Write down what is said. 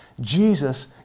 Jesus